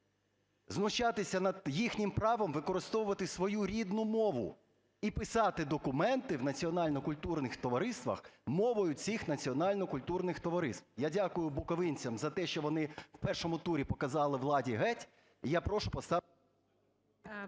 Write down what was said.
знущатися над їхнім правом використовувати свою рідну мову і писати документи в національно-культурних товариствах мовою цих національно-культурних товариств. Я дякую буковинцям за те, що вони в першому турі показали владі "геть".